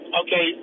okay